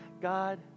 God